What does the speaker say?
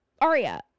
aria